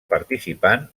participant